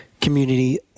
community